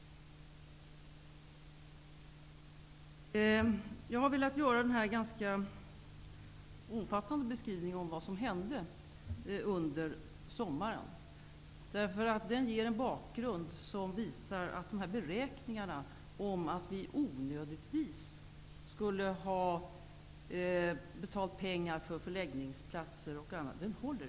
Jag har velat göra denna ganska omfattande beskrivning av vad som hände under sommaren, därför att den ger en bakgrund som visar att de beräkningar om att vi onödigtvis skulle ha betalat pengar för förläggningsplatser och annat inte håller.